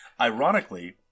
ironically